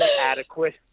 adequate